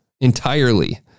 entirely